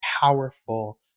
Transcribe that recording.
powerful